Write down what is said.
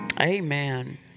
Amen